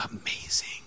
amazing